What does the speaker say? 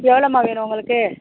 எவ்வளோம்மா வேணும் உங்களுக்கு